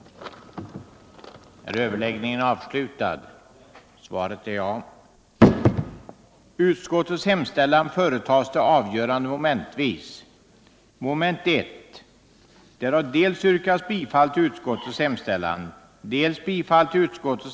den det ej vill röstar nej.